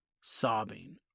sobbing